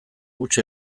huts